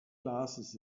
glasses